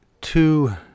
two